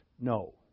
No